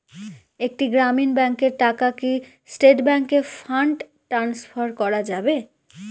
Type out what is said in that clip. একটি গ্রামীণ ব্যাংকের টাকা কি স্টেট ব্যাংকে ফান্ড ট্রান্সফার করা যাবে?